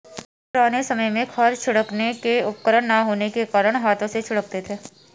पुराने समय में खाद छिड़कने के उपकरण ना होने के कारण हाथों से छिड़कते थे